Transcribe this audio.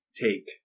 take